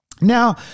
Now